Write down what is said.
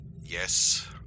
Yes